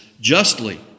justly